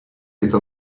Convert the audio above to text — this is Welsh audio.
iddo